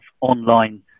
online